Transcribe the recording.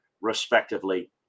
respectively